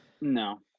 no